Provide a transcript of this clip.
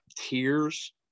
tears